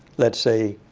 let's say